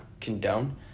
condone